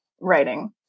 writing